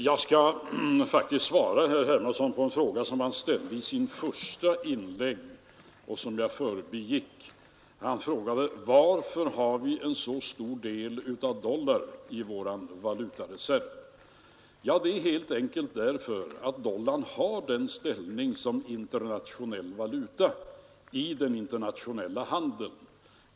Fru talman! Jag skall svara herr Hermansson på en fråga, som han ställde i sitt första inlägg och som jag förbigick. Han frågade varför vi har en så stor andel av dollar i vår valutareserv. Ja, det beror helt enkelt på den ställning dollarn har som internationell valuta i den internationella handeln.